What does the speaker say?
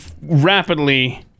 rapidly